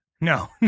No